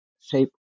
Shape